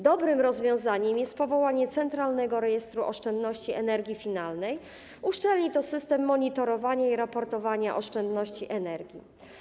Dobrym rozwiązaniem jest powołanie centralnego rejestru oszczędności energii finalnej, uszczelni to system monitorowania i raportowania oszczędności energii.